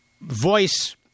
Voice